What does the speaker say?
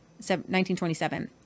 1927